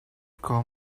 call